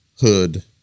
hood